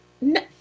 No